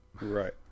right